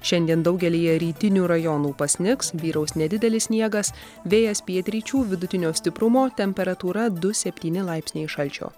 šiandien daugelyje rytinių rajonų pasnigs vyraus nedidelis sniegas vėjas pietryčių vidutinio stiprumo temperatūra du septyni laipsniai šalčio